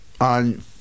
on